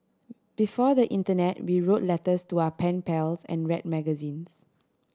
before the internet we wrote letters to our pen pals and read magazines